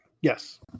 Yes